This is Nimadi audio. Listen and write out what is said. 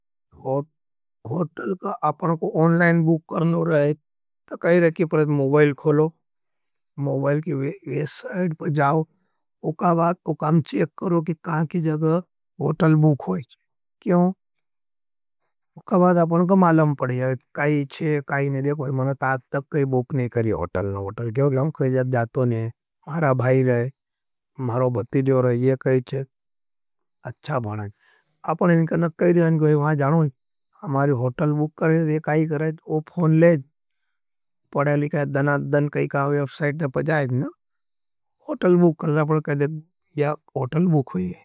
होटल का आपने को ओन्लाइन बूक करना रहे, तो कही रहे कि परेद मौबाईल खोलो, मौबाईल की वे साइड पर जाओ। उका बाद कोई काम चेक करो कि कहां की जग़ा होटल बूक होईच। क्यों उका बाद आपने को मालम पड़े है काई चे, काई नहीं देखो, मैंने ताझ तक काई बूक नहीं करी होटल। होटल के लिए जातो नहीं, मारा भाई रहे, मारो बती जो रहे, ये कही चे, अच्छा बाड़ा है। आपने इनकर नहीं कहते हैं, वहाँ जानों हैं, हमारी होटल बूक करेंगे, काई करेंगे, वो फोन लेज़, पड़े लिखेंगे, दना, दन काई काई होई। व्साइट नहीं पजाएंगे, होटल बूक करना पड़े कहते हैं, यह होटल बूक होईच।